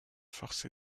forcé